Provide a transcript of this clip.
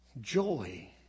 Joy